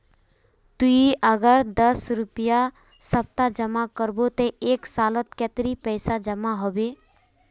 ती अगर दस रुपया सप्ताह जमा करबो ते एक सालोत कतेरी पैसा जमा होबे बे?